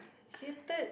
hated